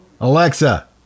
Alexa